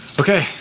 Okay